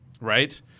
right